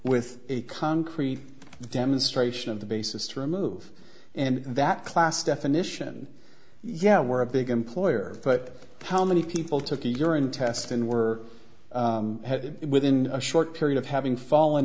with a concrete demonstration of the basis to remove and that class definition yeah we're a big employer but how many people took a urine test and were within a short period of having fallen